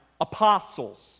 apostles